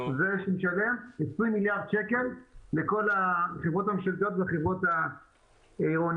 זה שמשלם 20 מיליארד שקל לכל החברות הממשלתיות והחברות העירוניות.